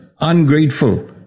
ungrateful